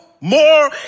more